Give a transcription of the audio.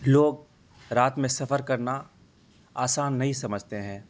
لوگ رات میں سفر کرنا آسان نہیں سمجھتے ہیں